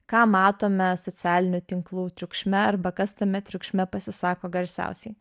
ką matome socialinių tinklų triukšme arba kas tame triukšme pasisako garsiausiai